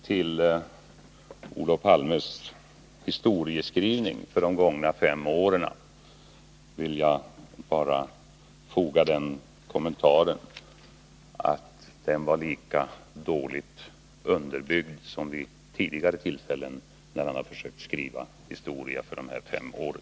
Till Olof Palmes historieskrivning för de gångna fem åren vill jag bara foga den kommentaren att den var lika dåligt underbyggd som vid tidigare tillfällen då han försökt skriva historia för de här fem åren.